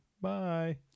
Bye